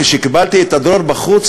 כשקיבלתי את הדרור בחוץ,